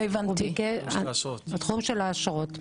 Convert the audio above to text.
התחום של האשרות,